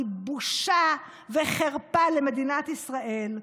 היא בושה וחרפה למדינת ישראל.